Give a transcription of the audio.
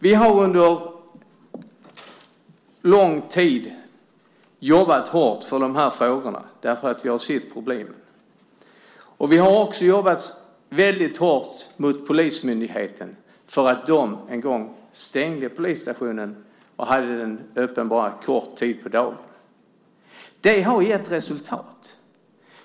Vi har under lång tid jobbat hårt för dessa frågor eftersom vi har sett problemen. Vi har också jobbat väldigt hårt mot polismyndigheten för att den en gång stängde polisstationen och hade den öppen bara en kort tid på dagen. Det har gett resultat.